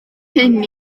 hyn